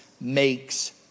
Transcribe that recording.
Makes